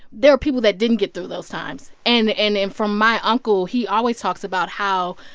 there are people that didn't get through those times. and and and from my uncle, he always talks about how,